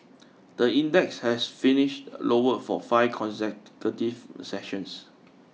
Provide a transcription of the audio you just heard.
the index has finished lower for five consecutive sessions